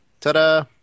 ta-da